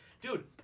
dude